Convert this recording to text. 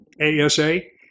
A-S-A